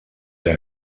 der